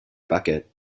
bucket